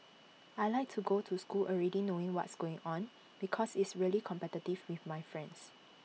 I Like to go to school already knowing what's going on because it's really competitive with my friends